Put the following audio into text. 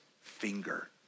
finger